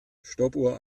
stoppuhr